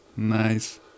Nice